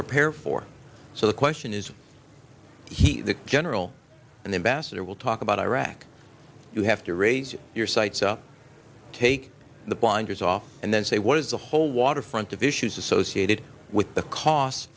prepare for so the question is he general and embassador will talk about iraq you have to raise your sights up take the blinders off and then say what is the whole waterfront of issues associated with the cost